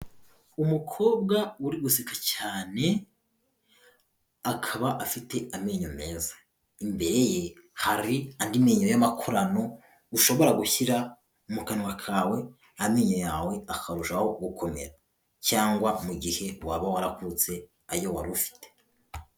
Umukobwa uri guseka cyane akaba afite amenyo meza, imbere ye hari andi menyo y'amakorano, ushobora gushyira mu kanwa kawe, amenyo yawe akarushaho gukomera cyangwa mu gihe waba warakutse ayo wari ufite.